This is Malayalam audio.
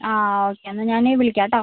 ആ ഓക്കെ എന്നാൽ ഞാൻ വിളിക്കാം കേട്ടോ